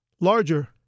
larger